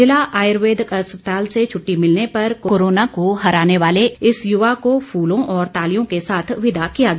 जिला आयुर्वेदिक अस्पताल से छुट्टी मिलने पर कोरोना को हराने वाले इस युवा को फूलों और तालियों के साथ विदा किया गया